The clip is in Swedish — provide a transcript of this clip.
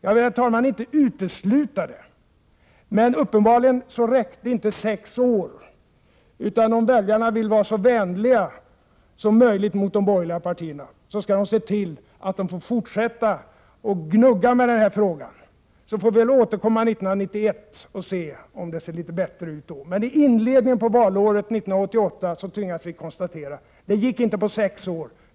Jag vill, herr talman, inte utesluta det, men uppenbarligen räckte inte sex år. Om väljarna vill vara vänliga mot de borgerliga partierna, skall de se till att dessa får fortsätta att gnugga med den här frågan, så får vi återkomma 1991 och se om det ser litet bättre ut då. Men i inledningen på valåret 1988 tvingas vi konstatera: Det gick inte på sex år.